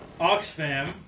Oxfam